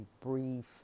brief